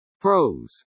Pros